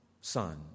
Son